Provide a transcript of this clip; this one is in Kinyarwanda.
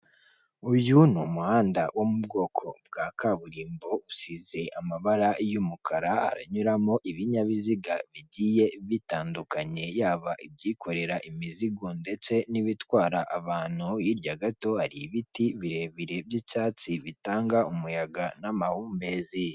Uyu ni umuhanda wo mu bwoko bwa kaburimbo usize amabara y'umukara haranyuramo ibinyabiziga bigiye bitandukanye yaba ibyikorera imizigo ndetse n'ibitwara abantu, hirya gato hari ibiti birebire by'icyatsi bitanga umuyaga n'amahumbezi.